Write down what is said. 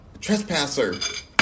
Trespasser